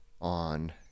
on